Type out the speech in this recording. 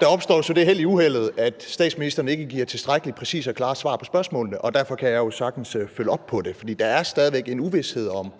der opstår jo så det held i uheldet, at statsministeren ikke giver tilstrækkelig præcise og klare svar på spørgsmålene, og derfor kan jeg jo sagtens følge op på det. For der er stadig væk en uvished om,